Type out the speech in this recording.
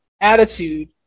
attitude